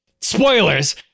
Spoilers